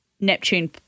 Neptune